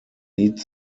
meet